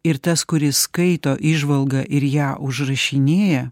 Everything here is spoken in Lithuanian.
ir tas kuris skaito įžvalgą ir ją užrašinėja